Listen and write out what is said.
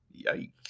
Yikes